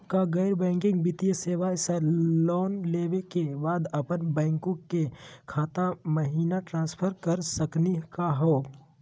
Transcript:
का गैर बैंकिंग वित्तीय सेवाएं स लोन लेवै के बाद अपन बैंको के खाता महिना ट्रांसफर कर सकनी का हो?